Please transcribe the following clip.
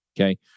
Okay